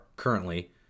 Currently